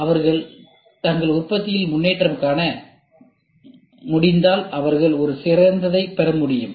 அவர்கள் தங்கள் உற்பத்தியில் முன்னேற்றம் காண முடிந்தால் அவர்கள் ஒரு சிறந்ததை அடைய முடியும்